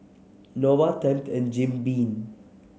Nova Tempt and Jim Beam